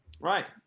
Right